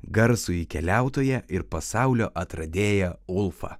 garsųjį keliautoją ir pasaulio atradėją ulfą